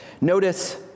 notice